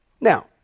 Now